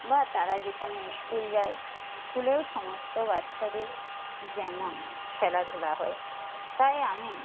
বা তারা যেখানে ইস্কুল যায় স্কুলেও সমস্ত বাচ্চাদের যেমন খেলাধুলা হয় তাই আমি